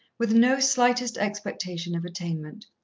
with no slightest expectation of attainment.